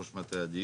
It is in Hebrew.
ראש מטה הדיור.